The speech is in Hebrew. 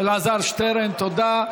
אלעזר שטרן, תודה.